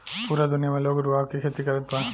पूरा दुनिया में लोग रुआ के खेती करत बा